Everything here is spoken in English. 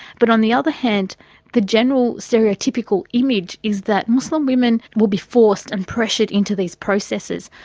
but on the other hand the general stereotypical image is that muslim women will be forced and pressured into these processes,